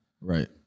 Right